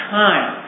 time